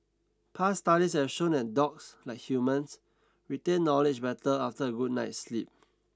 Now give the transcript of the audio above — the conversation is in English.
past studies have shown that dogs like humans retain knowledge better after a good night's sleep